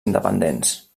independents